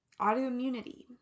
Autoimmunity